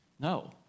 No